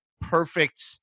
perfect